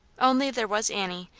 only there was annie,